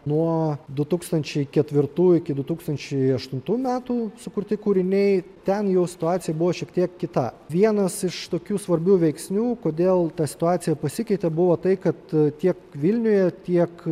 nuo du tūkstančiai ketvirtų iki du tūkstančiai aštuntų metų sukurti kūriniai ten jau situacija buvo šiek tiek kita vienas iš tokių svarbių veiksnių kodėl ta situacija pasikeitė buvo tai kad tiek vilniuje tiek